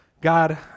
God